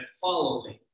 following